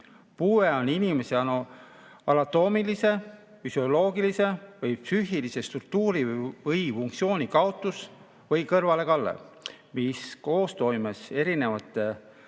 "Puue on inimese anatoomilise, füsioloogilise või psüühilise struktuuri või funktsiooni kaotus või kõrvalekalle, mis koostoimes erinevate